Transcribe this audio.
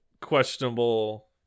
questionable